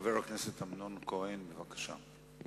חבר הכנסת אמנון כהן, בבקשה.